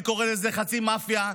אני קורא לזה חצי מַאפְיה.